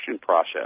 process